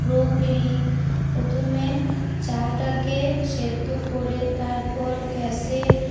broccoli প্রথমে চাউটাকে সেদ্ধ করে তারপর গ্যাসে